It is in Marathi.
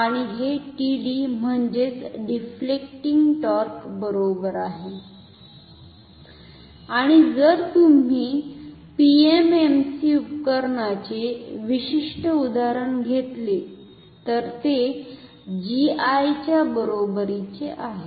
आणि हे TD म्हणजेच डिफ्लेक्टिंग टॉर्क बरोबर आहे आणि जर तुम्ही पीएमएमसी उपकरणाचे विशिष्ट उदाहरण घेतले तर ते GI च्या बरोबरीचे आहे